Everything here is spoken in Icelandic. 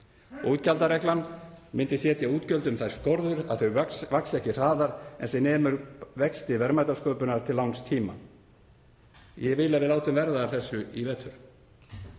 Útgjaldareglan myndi setja útgjöldum þær skorður að þau yxu ekki hraðar en sem nemur vexti verðmætasköpunar til langs tíma. Ég vil að við látum verða af þessu í vetur.